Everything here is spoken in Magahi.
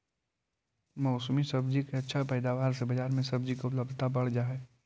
मौसमी सब्जि के अच्छा पैदावार से बजार में सब्जि के उपलब्धता बढ़ जा हई